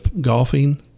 golfing